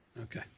Okay